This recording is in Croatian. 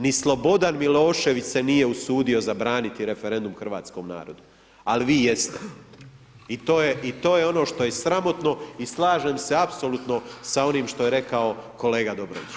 Ni Slobodan Milošević se nije usudio zabraniti referendum hrvatskom narodu, ali vi jeste i to je ono što je sramotno i slažem se apsolutno s onim što je rekao kolega Dobrović.